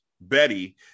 Betty